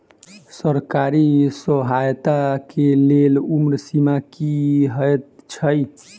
सरकारी सहायता केँ लेल उम्र सीमा की हएत छई?